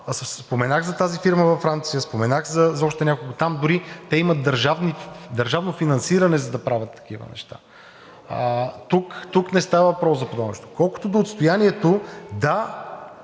споменах за тази фирма във Франция, споменах за още няколко. Там дори имат държавно финансиране, за да правят такива неща, а тук не става въпрос за подобно нещо. Колкото до отстоянието, да,